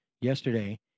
Yesterday